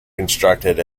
constructed